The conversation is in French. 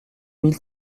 mille